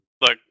look